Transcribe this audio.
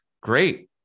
Great